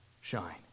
shine